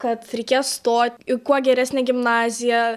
kad reikės stot į kuo geresnę gimnaziją